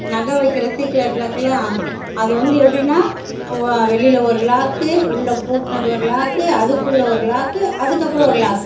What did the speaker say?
நகை வைக்கிற சீக்ரட் லாக்கெலாம் அது வந்து எப்படின்னா வெளியில் ஒரு லாக்கு உள்ள பூட்டினது ஒரு லாக்கு அதுக்குள்ளே ஒரு லாக்கு அதுக்கப்புறம் ஒரு லாக்கு